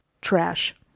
Trash